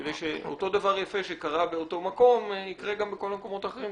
כדי שאותו דבר יפה שקרה באותו מקום יקרה גם בכל המקומות האחרים,